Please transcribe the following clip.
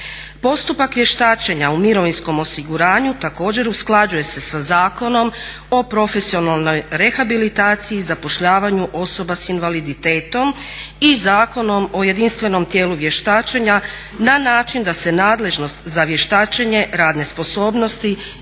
Postupak vještačenja u mirovinskom osiguranju također usklađuje se sa Zakonom o profesionalnoj rehabilitaciji i zapošljavanju osoba s invaliditetom i Zakonom o jedinstvenom tijelu vještačenja na način da se nadležnost za vještačenje radne sposobnosti